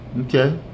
Okay